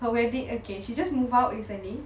her wedding okay she just move out recently